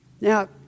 Now